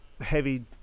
heavy